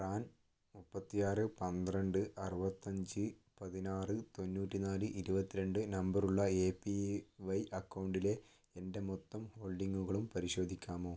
PRAN മുപ്പത്തിയാറ് പന്ത്രണ്ട് അറുപത്തഞ്ച് പതിനാറ് തൊന്നൂറ്റി നാല് ഇരുപത്തിരണ്ട് നമ്പറുള്ള എ പി വൈ അക്കൗണ്ടിലെ എൻ്റെ മൊത്തം ഹോൾഡിംഗുകളും പരിശോധിക്കാമോ